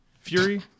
Fury